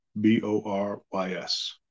b-o-r-y-s